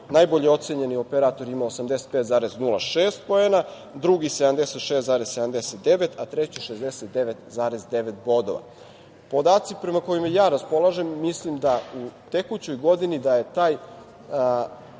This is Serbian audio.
najbolje ocenjeni operator ima 85,06%, drugi 76,79, a treći 69,9 bodova. Podaci prema kojima ja raspolažem, mislim da u tekućoj godini da je ta